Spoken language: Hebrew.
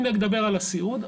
אם נדבר על הסיעוד,